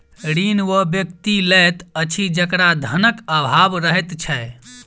ऋण ओ व्यक्ति लैत अछि जकरा धनक आभाव रहैत छै